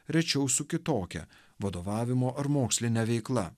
rečiau su kitokia vadovavimo ar moksline veikla